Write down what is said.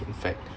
in fact